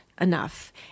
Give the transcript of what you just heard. enough